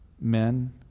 Men